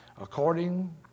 According